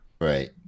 Right